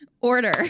Order